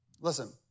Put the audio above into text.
Listen